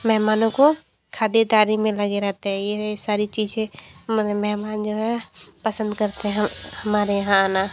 मेहमानों को खातिरदारी में लगे रहते है यह यह सारी चीज़ें मने मेहमान जो है पसंद करते हम हमारे यहाँ आना